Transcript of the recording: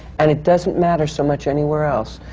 and it doesn't matter so much anywhere else,